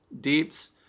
deeps